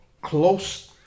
close